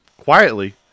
quietly